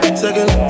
second